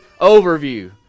overview